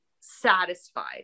satisfied